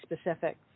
specific